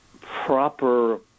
proper